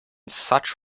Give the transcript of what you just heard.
such